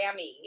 Grammy